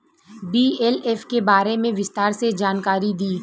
BLF के बारे में विस्तार से जानकारी दी?